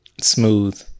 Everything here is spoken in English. Smooth